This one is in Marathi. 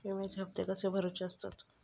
विम्याचे हप्ते कसे भरुचे असतत?